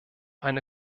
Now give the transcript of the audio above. eine